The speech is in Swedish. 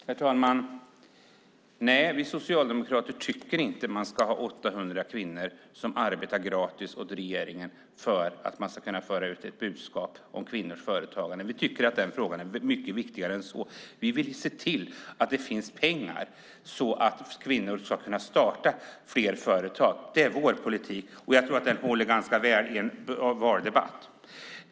Herr talman! Nej, vi socialdemokrater tycker inte att 800 kvinnor ska arbeta gratis åt regeringen för att man ska kunna föra ut sitt budskap om kvinnors företagande. Frågan är mycket viktigare än så. Vi vill se till att det finns pengar så att fler kvinnor kan starta företag. Det är vår politik, och jag tror att den håller ganska väl i en valdebatt.